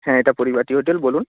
হ্যাঁ এটা পরিপাটি হোটেল বলুন